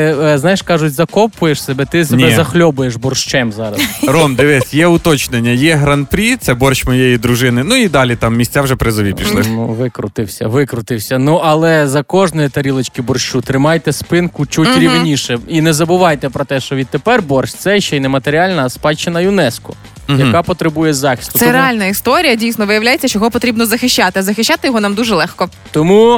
Е, е, знаєш, кажуть, закопуєш себе, ти себе Ні. захльобуєш борщем зараз. Ром, дивись, є уточнення. Є Гран-прі, це борщ моєї дружини. Ну, і далі там місця вже призові пішли. М, ну, викрутився, викрутився. Ну, але за кожної тарілочки борщу тримайте спинку чуть Мгм. рівніше. І не забувайте про те, що відтепер борщ — це ще й нематеріальна, а спадщина ЮНЕСКО, Мгм. яка потребує захисту. Це Тому- реальна історія, дійсно, виявляється, що його потрібно захищати. А захищати його нам дуже легко. Тому-